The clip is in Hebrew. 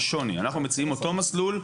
אנחנו מציעים אותו מסלול.